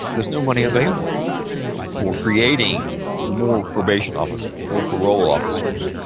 there's no money available for creating more probation officers, more parole officers,